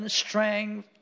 strength